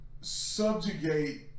subjugate